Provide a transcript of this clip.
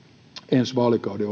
ensi vaalikauden